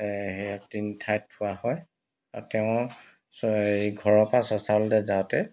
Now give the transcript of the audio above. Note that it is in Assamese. তিনি ঠাইত থোৱা হয় আৰু তেওঁ চ ঘৰৰ পৰা শ্মশানলৈ যাওঁতে